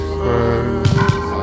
first